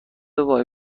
وای